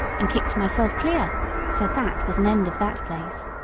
and kicked myself clear so that was an end of that place.